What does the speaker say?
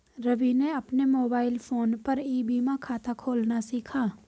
रवि ने अपने mobile phone पर ई बीमा खाता खोलना सीखा